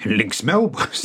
ir linksmiau bus